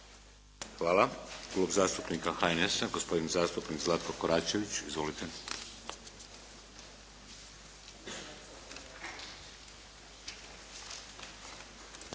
Hvala. Klub zastupnika HNS-a, gospodin zastupnik Zlatko Koračević. Izvolite.